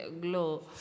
glow